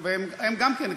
הם גם כן,